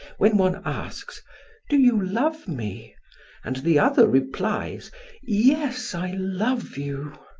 when one asks do you love me and the other replies yes, i love you